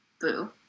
Boo